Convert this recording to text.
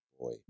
boy